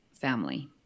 family